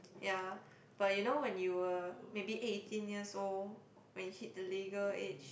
ya but you know when you were maybe eighteen years old when you hit the legal age